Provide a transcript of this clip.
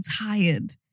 tired